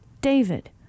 David